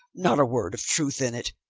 not a word of truth in it.